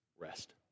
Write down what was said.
rest